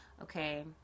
Okay